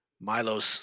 Milo's